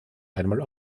einmal